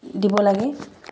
দিব লাগে